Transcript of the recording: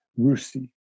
RUSI